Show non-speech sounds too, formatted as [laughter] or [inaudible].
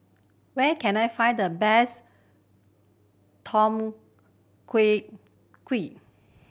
where can I find the best Tom [unintelligible]